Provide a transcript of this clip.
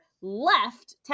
left